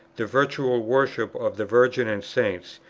the virtual worship of the virgin and saints,